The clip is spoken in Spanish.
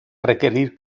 requerir